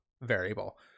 variable